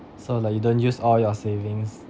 so like you don't use all your savings